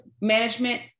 management